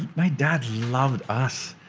my dad loved us,